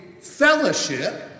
fellowship